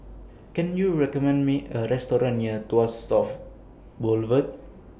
Can YOU recommend Me A Restaurant near Tuas South Boulevard